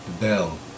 bell